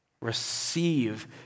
receive